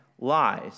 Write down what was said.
lies